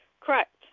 Correct